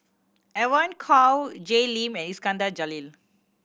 Evon Kow Jay Lim and Iskandar Jalil